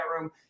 room